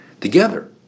Together